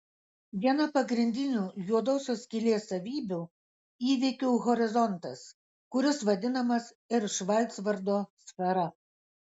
viena pagrindinių juodosios skylės savybių įvykių horizontas kuris vadinamas ir švarcvaldo sfera